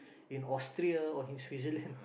in Austria or in Switzerland